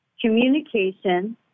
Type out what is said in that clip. communication